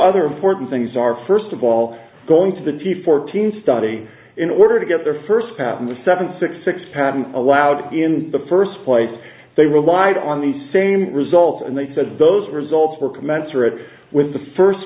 other important things are first of all going to the g fourteen study in order to get their first patent was seven six six patent allowed in the first place they relied on the same results and they said those results were commensurate with the first